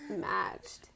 matched